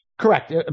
Correct